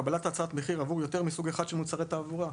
קבלת הצעת מחיר עבור יותר מסוג אחד של מוצרי תעבורה.